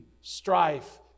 strife